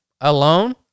alone